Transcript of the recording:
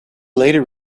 later